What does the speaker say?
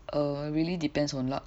err really depends on luck